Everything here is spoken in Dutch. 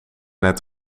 net